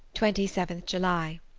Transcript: twenty seven july.